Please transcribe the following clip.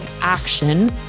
action